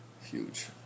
Huge